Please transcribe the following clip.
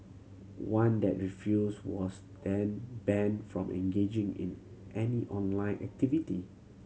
one that refused was then banned from engaging in any online activity